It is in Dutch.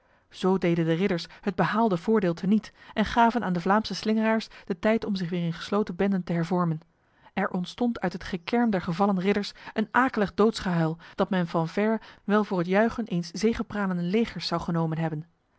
zo deden de ridders het behaalde voordeel teniet en gaven aan de vlaamse slingeraars de tijd om zich weer in gesloten benden te hervormen er ontstond uit het gekerm der gevallen ridders een akelig doodsgehuil dat men van ver wel voor het juichen eens zegepralenden legers zou genomen hebben